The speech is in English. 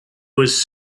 was